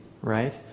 right